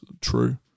true